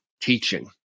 teaching